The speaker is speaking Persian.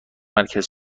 مرکز